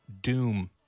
Doom